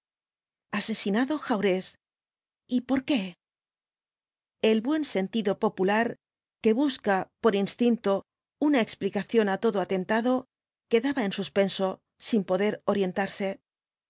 asesinado jaurés y por qué el buen sentido popular que busca por instinto una explicación á todo atentado quedaba en suspenso sin poder orientarse